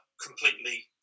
completely